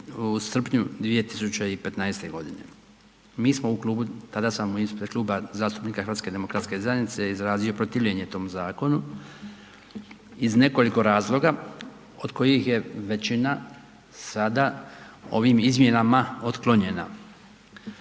u srpnju 2015. godine. Mi smo u Klubu, tada sam ispred Kluba zastupnika Hrvatske demokratske zajednice izrazio protivljenje tom zakonu iz nekoliko razloga od kojih je većina sada ovim izmjenama otklonjena.